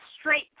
Straight